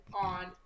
on